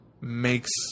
makes